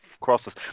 crosses